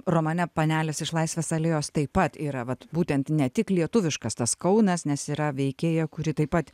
romane panelės iš laisvės alėjos taip pat yra vat būtent ne tik lietuviškas tas kaunas nes yra veikėja kuri taip pat